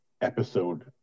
episode